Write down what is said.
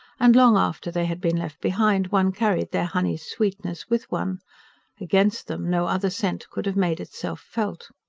and long after they had been left behind one carried their honeyed sweetness with one against them, no other scent could have made itself felt.